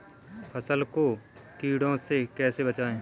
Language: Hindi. फसल को कीड़ों से कैसे बचाएँ?